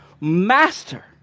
master